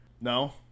No